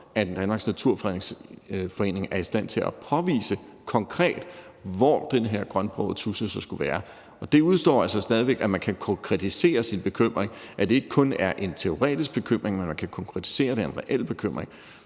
at Danmarks Naturfredningsforening er i stand til at påvise konkret, hvor den her grønbrogede tudse så skulle være – og derefter udestår så stadig, at man kan konkretisere sin bekymring, at det ikke kun er en teoretisk bekymring, men at man kan konkretisere, at det er en reel bekymring